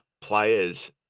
players